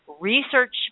Research